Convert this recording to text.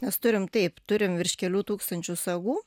mes turim taip turim virš kelių tūkstančių sagų